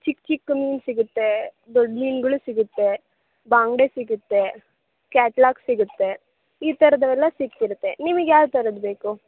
ಚಿಕ್ಕ ಚಿಕ್ಕ ಮೀನು ಸಿಗುತ್ತೆ ದೊಡ್ಡ ಮೀನುಗಳು ಸಿಗುತ್ತೆ ಬಂಗುಡೆ ಸಿಗುತ್ತೆ ಕ್ಯಾಟ್ಲಾ ಸಿಗುತ್ತೆ ಈ ಥರ್ದವೆಲ್ಲ ಸಿಕ್ತಿರುತ್ತೆ ನಿಮಗ್ ಯಾವ ಥರದ್ದು ಬೇಕು